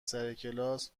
سرکلاس